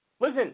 Listen